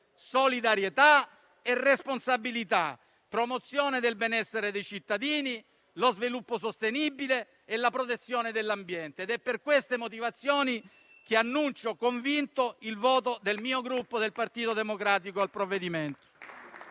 solidarietà e responsabilità, promozione del benessere dei cittadini, sviluppo sostenibile e protezione dell'ambiente. È per queste motivazioni che annuncio convinto il voto del mio Gruppo Partito Democratico al provvedimento.